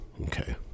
okay